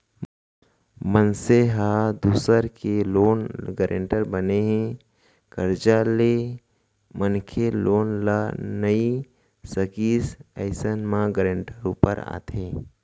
मनसे ह दूसर के लोन गारेंटर बने हे, करजा ले मनखे लोन ल नइ सकिस अइसन म गारेंटर ऊपर आथे